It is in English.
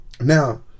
Now